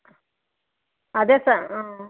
ಅದೇ ಸರ್ ಹಾಂ